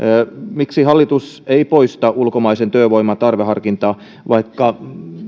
miksi hallitus ei poista ulkomaisen työvoiman tarveharkintaa vaikka